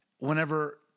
Whenever